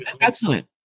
Excellent